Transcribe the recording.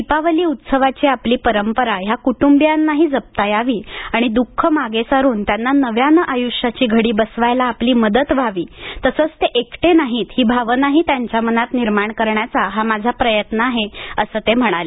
दीपावली उत्सवाची आपली परंपरा या कुटुंबीयांनाही जपता यावी आणि दुःख मागे सारून त्यांना नव्यानं आयुष्याची घडी बसवायला आपली मदत व्हावी आणि ते एकटे नाहीत ही भावनाही त्यांच्या मनात निर्माण करण्याचा हा माझा प्रयत्न आहे असं ते म्हणाले